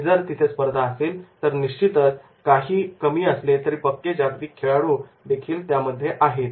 आणि जर तिथे स्पर्धा असेल तर निश्चितच काही कमी असले तरी पक्के जागतिक खेळाडू देखील त्यात आहेत